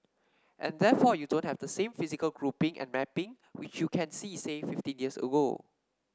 and therefore you don't have the same physical grouping and mapping which you can see say fifteen years ago